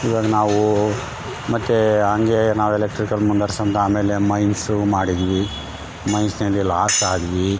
ಇವಾಗ ನಾವು ಮತ್ತೆ ಹಂಗೆ ನಾವು ಎಲೆಕ್ಟ್ರಿಕಲ್ ಮುಂದ್ವರಿಸ್ಕೊಳ್ತ ಆಮೇಲೆ ಮೈನ್ಸು ಮಾಡಿದ್ವಿ ಮೈನ್ಸ್ನಲ್ಲಿ ಲಾಸ್ ಆದ್ವಿ